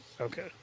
Okay